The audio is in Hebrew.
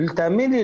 תאמין לי,